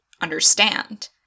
understand